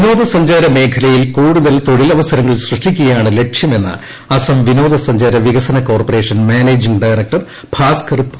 വിനോദ സഞ്ചാര മേഖലയിൽ കൂടുതൽ തൊഴിലവസരങ്ങൾ സൃഷ്ടിക്കുകയാണ് ലക്ഷ്യമെന്ന് അസം വിനോദ സഞ്ചാര വികസന corporation managing director Bhaskar Phukan പറഞ്ഞു